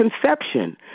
conception